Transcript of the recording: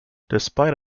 despite